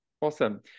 Awesome